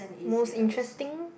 most interesting